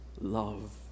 love